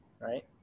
right